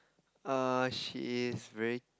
err she is very